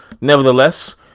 nevertheless